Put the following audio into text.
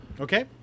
Okay